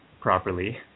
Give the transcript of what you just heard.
properly